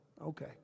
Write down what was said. Okay